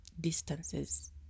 distances